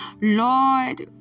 lord